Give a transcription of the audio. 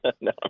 No